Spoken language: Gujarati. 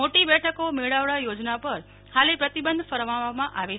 મોટી બેઠકોમેળાવડા યોજવા પર હાલે પ્રતિબંધ ફરમાવવામાં આવે છે